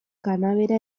kanabera